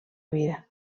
vida